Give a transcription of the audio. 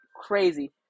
crazy